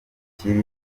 kiri